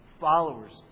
followers